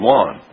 one